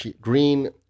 green